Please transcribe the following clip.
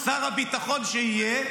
שר הביטחון שיהיה,